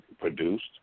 produced